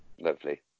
lovely